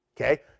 okay